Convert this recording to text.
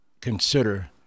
consider